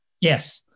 Yes